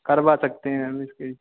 करवा सकते हैं हम इसके